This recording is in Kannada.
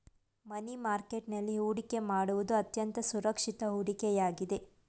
ಮನಿ ಮಾರ್ಕೆಟ್ ನಲ್ಲಿ ಹೊಡಿಕೆ ಮಾಡುವುದು ಅತ್ಯಂತ ಸುರಕ್ಷಿತ ಹೂಡಿಕೆ ಆಗಿದೆ